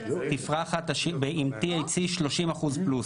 תפרחת ב-30 אחוזים פלוס,